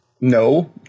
No